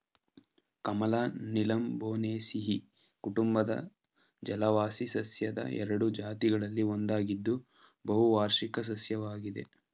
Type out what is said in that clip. ಕಮಲ ನೀಲಂಬೊನೇಸಿಯಿ ಕುಟುಂಬದ ಜಲವಾಸಿ ಸಸ್ಯದ ಎರಡು ಜಾತಿಗಳಲ್ಲಿ ಒಂದಾಗಿದ್ದು ಬಹುವಾರ್ಷಿಕ ಸಸ್ಯವಾಗಿದೆ